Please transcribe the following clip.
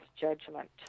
judgment